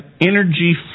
energy